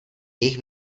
jejich